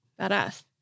Badass